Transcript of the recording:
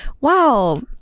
Wow